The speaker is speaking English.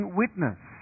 witness